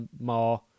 more